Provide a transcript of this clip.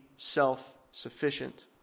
self-sufficient